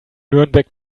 nürnberg